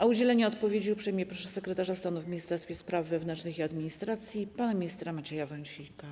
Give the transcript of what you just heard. O udzielenie odpowiedzi uprzejmie proszę sekretarza stanu w Ministerstwie Spraw Wewnętrznych i Administracji pana ministra Macieja Wąsika.